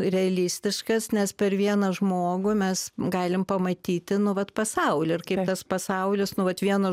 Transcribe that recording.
realistiškas nes per vieną žmogų mes galim pamatyti nu vat pasaulį ir kaip tas pasaulis nu vat vienu